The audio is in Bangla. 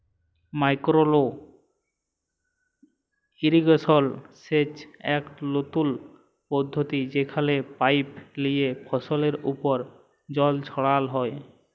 মাইকোরো ইরিগেশল সেচের ইকট লতুল পদ্ধতি যেখালে পাইপ লিয়ে ফসলের উপর জল ছড়াল হ্যয়